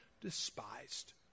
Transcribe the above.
despised